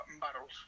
bottles